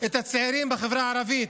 את הצעירים בחברה הערבית,